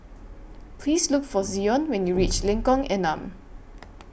Please Look For Zion when YOU REACH Lengkong Enam